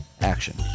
action